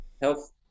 health